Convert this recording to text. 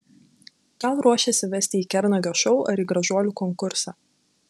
gal ruošiasi vesti į kernagio šou ar į gražuolių konkursą